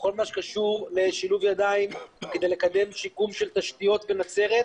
בכל מה שקשור לשילוב ידיים כדי לקדם שיקום של תשתיות בנצרת,